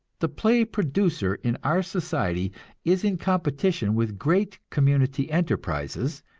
the play-producer in our society is in competition with great community enterprises,